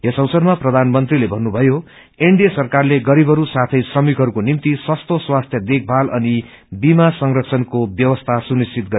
यस अवसरमा प्रधानमंत्रीले भन्नुभयो एनडिए सरकारले गरीवहरू साौँ श्रमिकहरूको निभ्ति सस्तो स्वास्थि देखमाल अनि वीमा संरक्षणको व्यवस्या सुनिश्चित गरेको